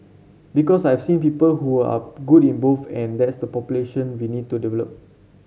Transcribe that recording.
because I've seen people who are good in both and that's the population we need to develop